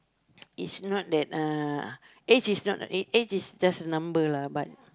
is not that uh age is not age age is just a number lah but